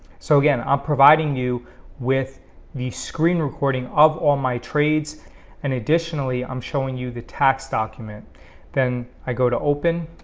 so again i'm providing you with the screen recording of all my trades and additionally i'm showing you the tax document then i go to open